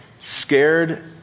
scared